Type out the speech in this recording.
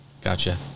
gotcha